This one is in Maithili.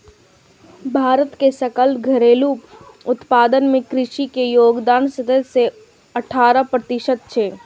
भारत के सकल घरेलू उत्पादन मे कृषि के योगदान सतरह सं अठारह प्रतिशत छै